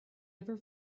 never